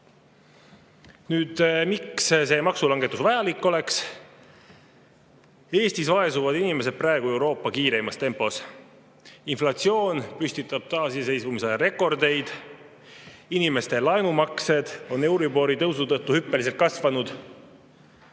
Miks see maksulangetus vajalik oleks? Eestis vaesuvad inimesed praegu Euroopa kiireimas tempos. Inflatsioon püstitab taasiseseisvumise aja rekordeid, inimeste laenumaksed on euribori tõusu tõttu hüppeliselt kasvanud